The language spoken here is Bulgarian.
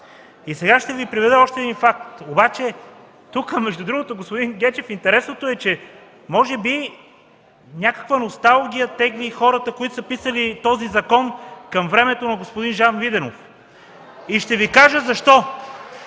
Сега ще Ви приведа още един факт. Тук, между другото, господин Гечев, интересното е, че може би някаква носталгия тегли хората, които са писали този закон, към времето на господин Жан Виденов. (Ръкопляскания от